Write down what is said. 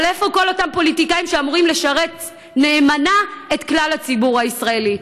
אבל איפה כל אותם פוליטיקאים שאמורים לשרת נאמנה את כלל הציבור הישראלי?